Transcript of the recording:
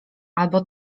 albo